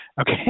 okay